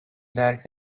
درک